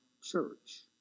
church